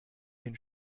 den